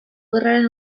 gerraren